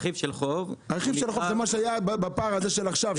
הרכיב של חוב --- הרכיב של חוב זה מה שהיה בפער הזה של עכשיו,